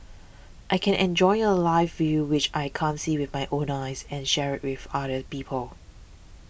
I can enjoy a live view which I can't see with my own eyes and share with other people